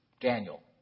Daniel